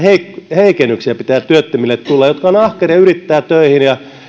heikennyksiä työttömille jotka ovat ahkeria yrittävät töihin ja